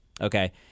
okay